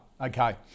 okay